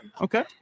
Okay